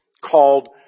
called